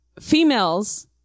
females